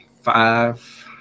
five